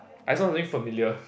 I saw something familiar